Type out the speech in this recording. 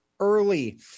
early